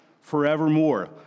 forevermore